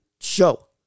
show